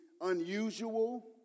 unusual